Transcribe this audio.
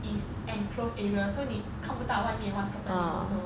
it's enclosed area so 你看不到外面 what's happening also